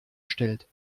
stellt